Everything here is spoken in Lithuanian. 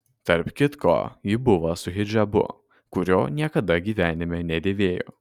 tarp kitko ji buvo su hidžabu kurio niekada gyvenime nedėvėjo